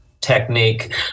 technique